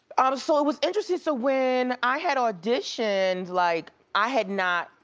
um so it was interesting. so when i had auditioned, like i had not,